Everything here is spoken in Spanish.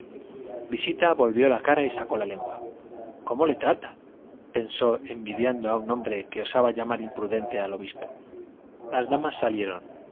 visita volvió la cara y sacó la lengua cómo le trata pensó envidiando a un hombre que osaba llamar imprudente al obispo las damas salieron